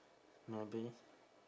maybe